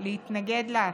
להתנגד להצעה.